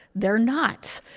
they're not,